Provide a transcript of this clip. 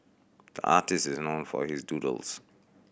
the artist is known for his doodles